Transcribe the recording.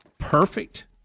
Perfect